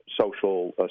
social